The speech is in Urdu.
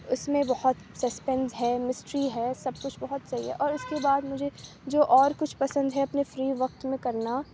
اس میں بہت سسپینس ہے مسٹری ہے سب کچھ بہت صحیح ہے اور اس کے بعد مجھے جو اور کچھ پسند ہے اپنے فری وقت میں کرنا